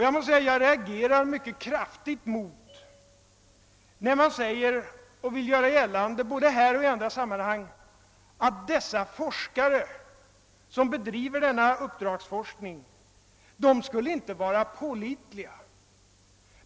Jag reagerar därför mycket kraftigt när man — både här och i andra sammanhang — vill göra gällande att de som bedriver denna uppdragsforskning inte skulle vara pålitliga.